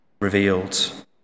revealed